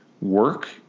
work